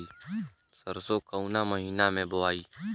सरसो काउना महीना मे बोआई?